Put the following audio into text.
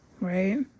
Right